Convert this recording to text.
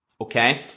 Okay